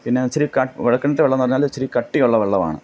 പിന്നെ ഇച്ചിരി കുഴൽക്കിണറ്റിലെ വെള്ളം എന്നു പറഞ്ഞാൽ ഇച്ചിരി കട്ടിയുള്ള വെള്ളമാണ്